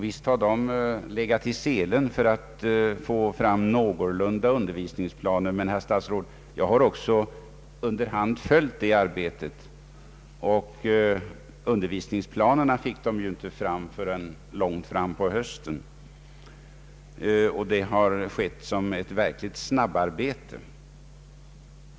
Visst har de legat i selen för att få fram någorlunda bra undervisningsplaner. Men, herr statsråd, jag har också under hand följt det arbetet och de fick inte fram undervisningsplanerna förrän långt fram på hösten.